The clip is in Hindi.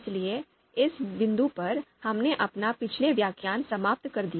इसलिए इस बिंदु पर हमने अपना पिछला व्याख्यान समाप्त कर दिया